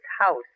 house